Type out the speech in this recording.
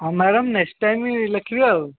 ହଁ madam next time ଲେଖିବି ଆଉ